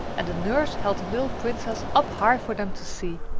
and the nurse held the little princess up high for them to see!